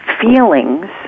feelings